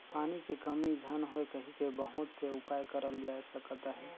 पानी के कमी झन होए कहिके बहुत से उपाय करल जाए सकत अहे